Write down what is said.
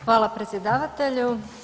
Hvala predsjedavatelju.